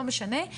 לא משנה,